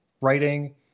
writing